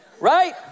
right